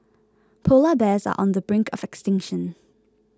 Polar Bears are on the brink of extinction